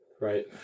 Right